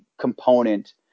component